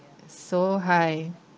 so high